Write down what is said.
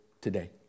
today